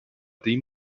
dem